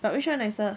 but which one nicer